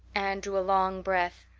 anne drew a long breath.